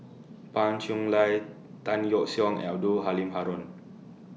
Pan Cheng Lui Tan Yeok Seong Abdul Halim Haron